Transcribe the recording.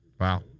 Wow